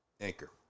anchor